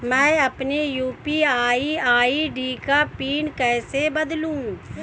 मैं अपनी UPI ID का पिन कैसे बदलूं?